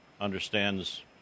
understands